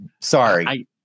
sorry